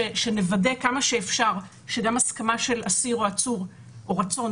שנוודא שגם הסכמה או אסיר או עצור או רצון,